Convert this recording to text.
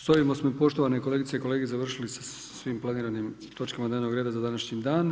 S ovime smo poštovane kolegice i kolege završili sa svim planiranim točkama dnevnog reda za današnji dan.